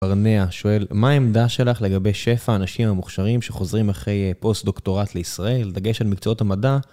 פרניה שואל, מה העמדה שלך לגבי שפע אנשים המוכשרים שחוזרים אחרי פוסט דוקטורט לישראל, לדגש על מקצועות המדע?